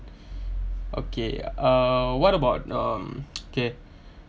okay uh what about um kay